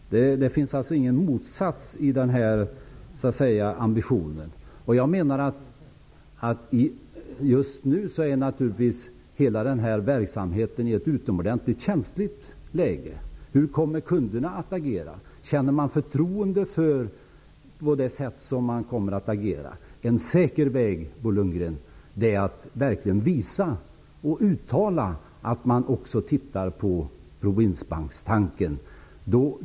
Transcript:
Det finns alltså ingen motsättning mellan de här ambitionerna. Just nu befinner sig naturligtvis hela den här verksamheten i ett utomordentligt känsligt läge. Hur kommer kunderna att agera? Känner de förtroende för det som kommer att ske? En säker väg, Bo Lundgren, är att verkligen visa och uttala att man också undersöker provinsbankstanken.